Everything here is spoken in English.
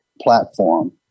platform